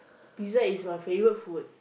pizza is my favorite food